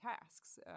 tasks